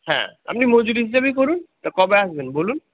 হ্যাঁ আপনি মজুরি হিসেবেই করুন তা কবে আসবেন বলুন